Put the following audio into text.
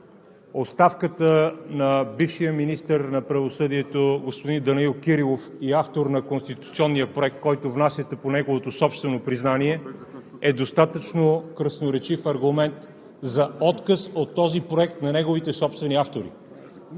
Оставката на бившия министър на правосъдието господин Данаил Кирилов и автор на конституционния проект, който внасяте – по неговото собствено признание, е достатъчно красноречив аргумент за отказ от този проект на неговите собствени автори.